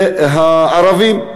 זה הערבים.